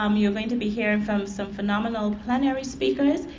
um you are going to be hearing from some phenomenal plenary speakers,